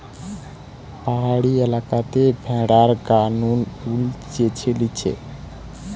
পাহাড়ি এলাকাতে ভেড়ার গা নু উল চেঁছে লিছে